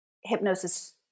hypnosis